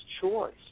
choice